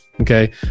okay